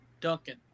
Duncan